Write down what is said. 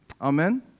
Amen